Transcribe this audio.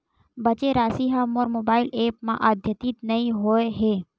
बचे राशि हा मोर मोबाइल ऐप मा आद्यतित नै होए हे